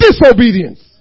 disobedience